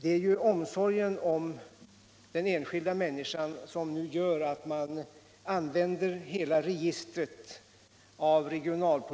Det är omsorgen om den enskilda människan som nu gör att man använder hela registret av regionaloch